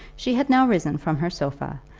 she had now risen from her sofa,